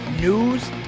news